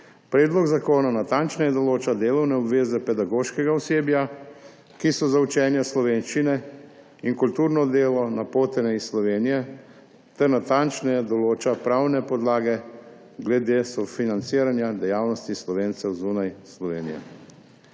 Predlog zakona natančneje določa delovne obveze pedagoškega osebja, ki je za učenje slovenščine in kulturno delo napoteno iz Slovenije, ter natančneje določa pravne podlage glede sofinanciranja dejavnosti Slovencev zunaj Slovenije.